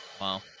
wow